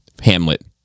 Hamlet